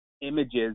images